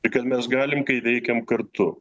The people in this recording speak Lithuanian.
tik ar mes galim kai veikiam kartu